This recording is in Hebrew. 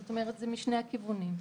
זאת אומרת, זה משני הכיוונים.